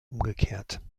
umgekehrt